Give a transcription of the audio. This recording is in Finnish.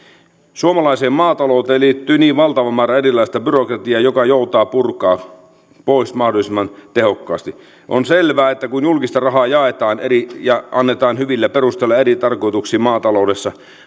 suomalaiseen maatalouteen liittyy niin valtava määrä erilaista byrokratiaa joka joutaa purkaa pois mahdollisimman tehokkaasti on itsestään selvää että kun julkista rahaa jaetaan ja annetaan hyvillä perusteilla eri tarkoituksiin maataloudessa